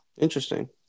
Interesting